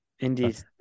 Indeed